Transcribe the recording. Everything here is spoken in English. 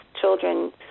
children